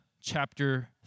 chapter